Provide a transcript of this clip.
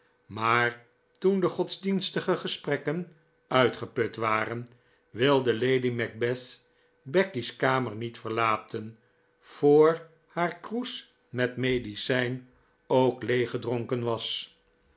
maar toen de godsdienstige gesprekken uitgeput waren wilde lady macbeth becky's kamer niet verlaten voor haar kroes met medicijn ook leeggedronken was